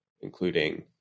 including